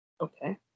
Okay